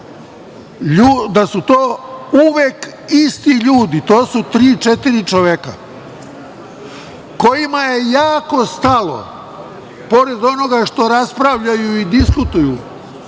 da su to uvek isti ljudi, to su tri, četiri čoveka kojima je jako stalo, pored onoga što raspravljaju i diskutuju